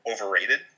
overrated